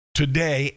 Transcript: today